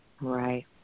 Right